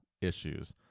issues